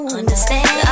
understand